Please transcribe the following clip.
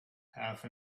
half